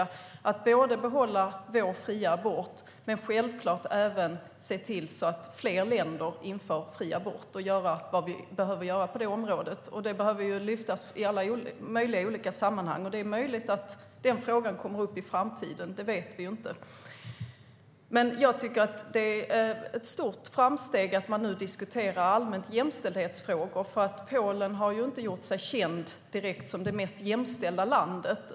Det handlar om att både behålla vår fria abort och självklart även se till att fler länder inför fri abort och göra vad vi behöver göra på det området. Det behöver lyftas fram i alla möjliga olika sammanhang. Det är möjligt att den frågan kommer upp i framtiden. Det vet vi inte. Det är ett stort framsteg att man nu allmänt diskuterar jämställdhetsfrågor. Polen har inte direkt gjort sig känt som det mest jämställda landet.